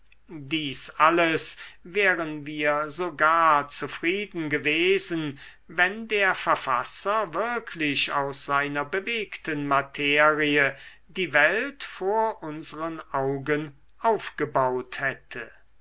dies alles wären wir sogar zufrieden gewesen wenn der verfasser wirklich aus seiner bewegten materie die welt vor unseren augen aufgebaut hätte